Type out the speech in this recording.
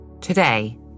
Today